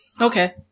Okay